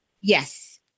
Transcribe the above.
Yes